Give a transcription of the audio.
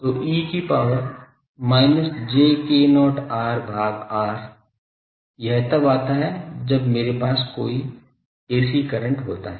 तो e की power minus j k0 r भाग r यह तब आता है जब मेरे पास कोई ac current होता है